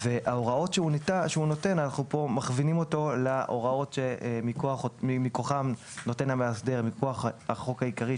ואנחנו מכווינים אותו לתת הוראות מכוח החוק העיקרי;